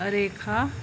रेखा